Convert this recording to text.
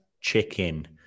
chicken